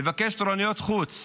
לבקש תורניות חוץ,